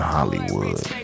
Hollywood